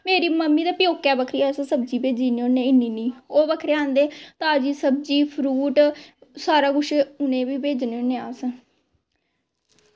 मेरी मम्मी दै प्यौकै बक्खरी अस सब्जी भेज्जी दिन्ने होने इन्नी इन्नी ओह् बक्खरे आंदे ताज़ी सब्जी फ्रूट सारा कुछ उनें बी भेजने होन्ने अस